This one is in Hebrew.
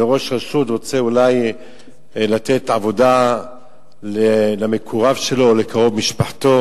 וראש רשות רוצה אולי לתת עבודה למקורב שלו או לקרוב משפחתו,